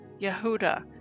Yehuda